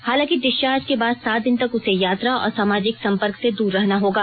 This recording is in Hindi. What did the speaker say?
हालांकि डिस्चार्ज के बाद सात दिन तक उसे यात्रा और सामाजिक संपर्क से दूर रहना होगा